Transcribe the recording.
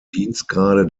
dienstgrade